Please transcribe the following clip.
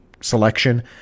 selection